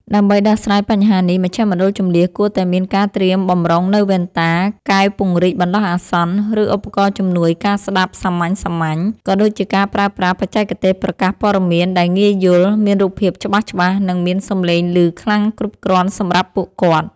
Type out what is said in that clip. ដើម្បីដោះស្រាយបញ្ហានេះ មជ្ឈមណ្ឌលជម្លៀសគួរតែមានការត្រៀមបម្រុងនូវវ៉ែនតា កែវពង្រីកបណ្ដោះអាសន្ន ឬឧបករណ៍ជំនួយការស្ដាប់សាមញ្ញៗ ក៏ដូចជាការប្រើប្រាស់បច្ចេកទេសប្រកាសព័ត៌មានដែលងាយយល់ មានរូបភាពច្បាស់ៗ និងមានសម្លេងឮខ្លាំងគ្រប់គ្រាន់សម្រាប់ពួកគាត់។